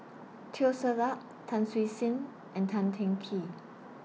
Teo Ser Luck Tan Siew Sin and Tan Teng Kee